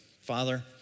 Father